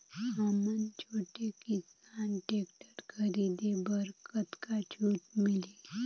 हमन छोटे किसान टेक्टर खरीदे बर कतका छूट मिलही?